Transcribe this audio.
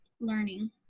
learning